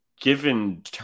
given